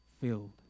filled